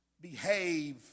behave